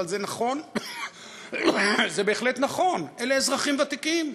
אבל זה בהחלט נכון: אלה אזרחים ותיקים.